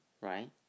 right